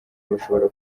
bashobora